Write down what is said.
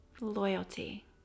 loyalty